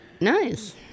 Nice